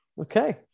Okay